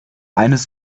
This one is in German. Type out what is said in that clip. eines